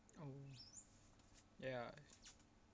oh ya